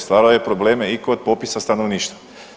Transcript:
Stvaraju probleme i kod popisa stanovništva.